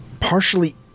partially